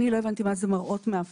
אני לא הבנתי מה זה מראות מעוותות.